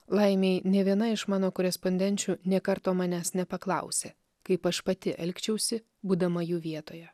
laimei nė viena iš mano korespondenčių nė karto manęs nepaklausė kaip aš pati elgčiausi būdama jų vietoje